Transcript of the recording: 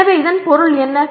எனவே இதன் பொருள் என்ன